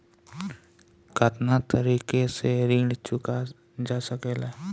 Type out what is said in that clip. कातना तरीके से ऋण चुका जा सेकला?